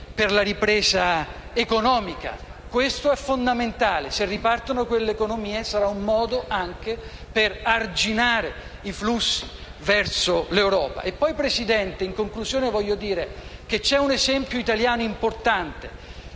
per la ripresa economica. Questo è fondamentale. Se ripartono quelle economie, sarà un modo per arginare i flussi verso l'Europa. E poi, signor Presidente, voglio dire che c'è un esempio italiano importante,